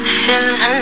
feeling